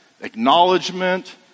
acknowledgement